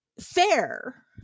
fair